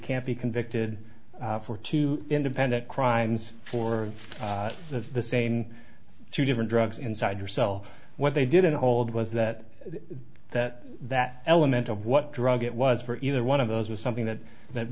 can't be convicted for two independent crimes for the same two different drugs inside your cell when they didn't hold was that that that element of what drug it was for either one of those was something that that